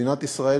מדינת ישראל